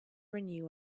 renew